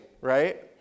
right